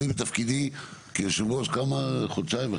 אני בתפקידי כיושב-ראש, שלושה חודשים.